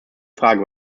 frage